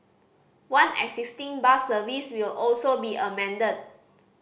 one existing bus service will also be amended